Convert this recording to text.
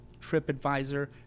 TripAdvisor